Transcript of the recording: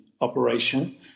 operation